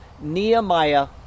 Nehemiah